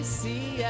see